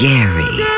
Gary